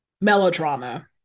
melodrama